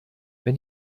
wenn